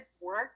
work